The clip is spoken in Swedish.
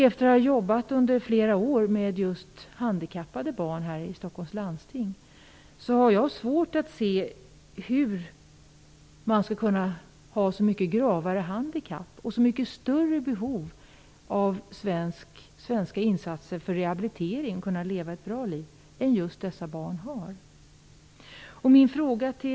Efter att ha jobbat under flera år med just handikappade barn i Stockholms läns landsting har jag svårt att se hur man skall kunna ha så mycket gravare handikapp och så mycket större behov av svenska insatser av rehabilitering för att kunna leva ett bra liv än vad just dessa barn har.